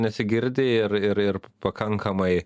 nesigirdi ir ir ir pakankamai